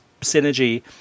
synergy